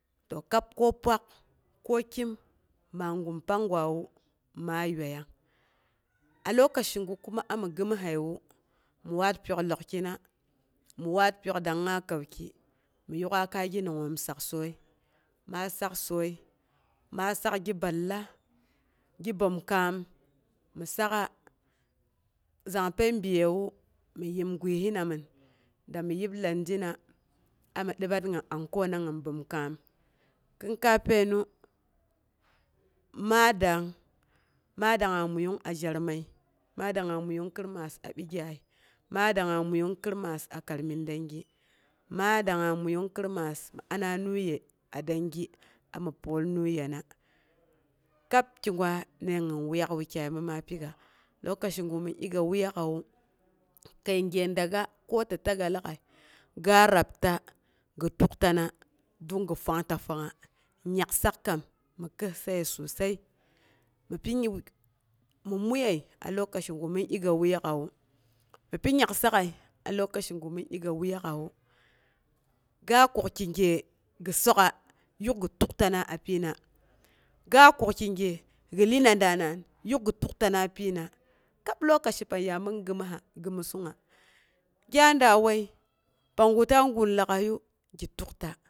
To kab ko pwak ko kyem ma gwayewu panggwawu aa yuaiyong. A lokaci gu kuma ami gɨəmushewu, mi waat pyok lokkina, mi waat pyok dangnga kanki, mi yuk'a kai gi nangngoom aksoi'i maa saksoii, ma sak gi balla, gi bəom kaam, mi sak'ar zangpəi biyewu mi yem guihina min, dami yeb landina ami dibbat gin ankona gin bəomkaan. Kin kai painu maa dong ma dangnga muiyung a jarmai, ma dangnga muiyung krismas a bigyaai, ma dangnga muiyang krismas a karamin dengi, ma dangnga muiyang kirmas mi ana new year a dengi, ami pol new yana. kab kigwa nde gin wuyak wukyai mima piga, lokaci gu min ikka wuyak'awu, kəi gye daga ko tɨ taga lag'ai ga a rab ta gi tuktana dun gi fangtafangnga. Nyaksak kam mi kəossaye susai mi muiye a lokaci gu min igga wuyak'awu, mi pi nyaksak'əo a lokaci min igga wuyak'awu ga kukki gye gi sok'a yuk gi tuktina a pyina, ga kuk ki gye gi iyena da naan, yuk gi tuktana pyina. Kab lokaci pang yamin gremussungnga. Gyaa ɗa wai pangu ta goon lag'aiyu gi tukta.